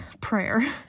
prayer